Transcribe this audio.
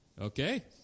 Okay